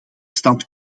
stand